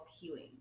healing